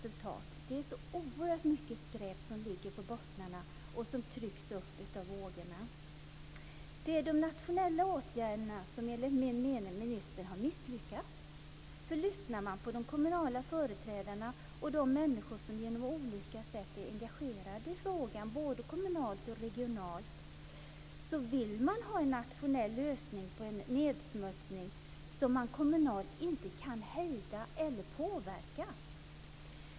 Det är så oerhört mycket skräp som ligger på bottnarna och trycks upp av vågorna. Det är i de nationella åtgärderna som ministern enligt min mening har misslyckats. Lyssnar man på de kommunala företrädarna och de människor som på olika sätt är engagerade i frågan både kommunalt och regionalt vill man ha en nationell lösning på en nedsmutsning som man kommunalt inte kan hejda eller påverka.